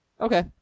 Okay